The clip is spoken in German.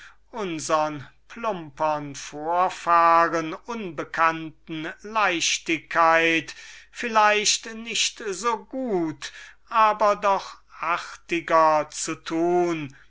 unsern plumpern vorfahren unbekannten leichtigkeit vielleicht nicht so gut aber doch artiger zu tun